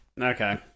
Okay